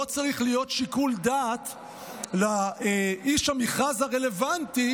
לא צריך להיות שיקול דעת לאיש המכרז הרלוונטי